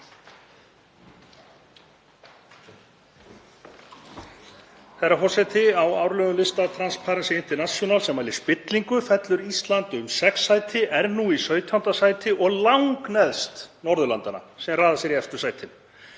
Herra forseti. Á árlegum lista Transparency International sem mælir spillingu fellur Ísland um sex sæti, er nú í 17. sæti og langneðst Norðurlandanna sem raða sér í efstu sætin.